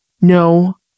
No